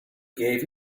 gave